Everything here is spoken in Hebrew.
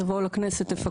בואו לכנסת ותפקחו.